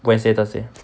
wednesday thursday